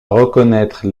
reconnaître